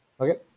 okay